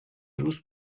روز